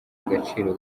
agaciro